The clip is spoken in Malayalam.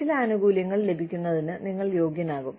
ചില ആനുകൂല്യങ്ങൾ ലഭിക്കുന്നതിന് നിങ്ങൾ യോഗ്യനാകും